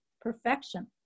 perfection